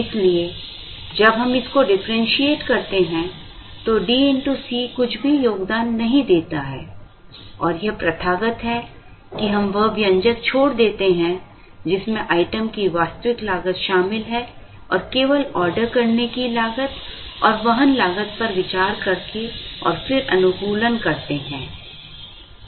इसलिए जब हम इस को डिफरेंशिएट करते हैं तो DxC कुछ भी योगदान नहीं देता है और यह प्रथागत है कि हम वह व्यंजक छोड़ देते हैं जिसमें आइटम की वास्तविक लागत शामिल है और केवल ऑर्डर करने की लागत और वहन लागत पर विचार करें और फिर अनुकूलन करें